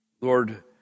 Lord